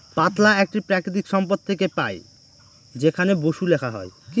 পাতলা একটি প্রাকৃতিক সম্পদ থেকে পাই যেখানে বসু লেখা হয়